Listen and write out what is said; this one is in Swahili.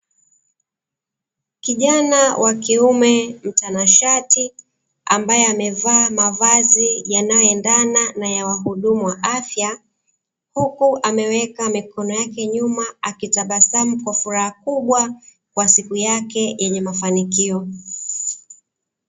Kijana wa kiume mtanashati, ambaye amevaa mavazi yanayoendana na ya wahudumu wa afya. Huku ameweka mikono yake nyuma akitabasamu kwa furaha kubwa, kwa siku yake yenye mafanikio.